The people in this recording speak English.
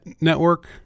network